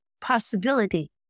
possibility